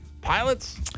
Pilots